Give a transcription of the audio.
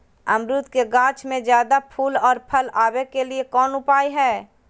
अमरूद के गाछ में ज्यादा फुल और फल आबे के लिए कौन उपाय है?